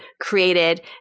created